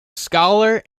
scholar